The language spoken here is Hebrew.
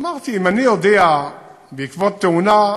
אמרתי: אם אני אודיע בעקבות תאונה,